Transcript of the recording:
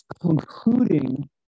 concluding